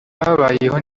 habayeho